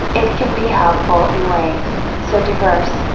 it can be helpful in ways, so diverse,